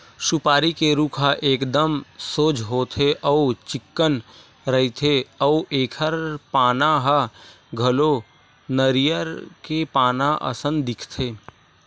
सुपारी के रूख ह एकदम सोझ होथे अउ चिक्कन रहिथे अउ एखर पाना ह घलो नरियर के पाना असन दिखथे